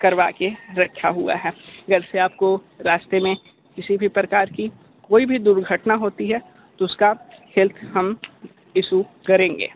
करवा के रखा हुआ है जैसे आपको रास्ते में किसी भी प्रकार की कोई भी दुर्घटना होती है तो उसका हेल्थ हम इशू करेंगे